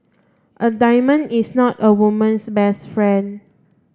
a diamond is not a woman's best friend